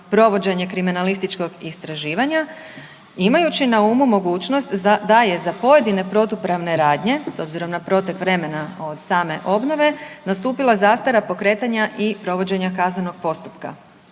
provođenje kriminalističkog istraživanja imajući na umu mogućnost da je za pojedine protupravne radnje s obzirom na protek vremena od same obnove nastupila zastara pokretanja i provođenja kaznenog postupka.